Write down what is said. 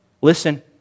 Listen